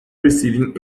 receiving